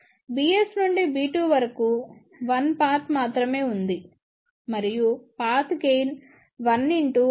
bs నుండి b2 వరకు 1 path మాత్రమే ఉంది మరియు పాత్ గెయిన్ 1x కి సమానం